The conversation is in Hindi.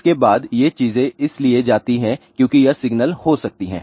इसके बाद ये चीजें इसलिए जाती हैं क्योंकि यह सिग्नल हो सकती है